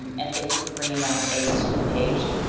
and thank you for bringing up a student page.